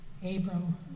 Abram